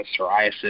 psoriasis